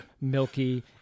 milky